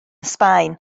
sbaen